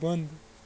بنٛد